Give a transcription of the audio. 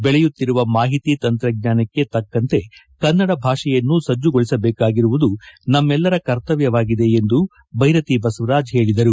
ಬೆಳೆಯುತ್ತಿರುವ ಮಾಹಿತಿ ತಂತ್ರಜ್ಞಾನಕ್ಕೆ ತಕ್ಕಂತೆ ಕನ್ನಡ ಭಾಷೆಯನ್ನು ಸಜ್ಜಗೊಳಿಸಬೇಕಾಗಿರುವುದು ನಮ್ಲೆಲ್ಲರ ಕರ್ತಮ್ನವಾಗಿದೆ ಎಂದು ಬೈರತಿ ಬಸವರಾಜ್ ಹೇಳಿದರು